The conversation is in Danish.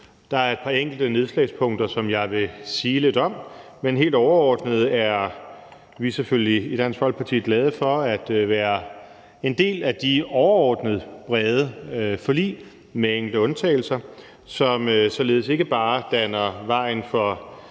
Der er et par enkelte nedslagspunkter, som jeg vil sige lidt om, men helt overordnet er vi selvfølgelig i Dansk Folkeparti glade for at være en del af de overordnede brede forlig – med enkelte undtagelser – som således ikke bare baner vejen for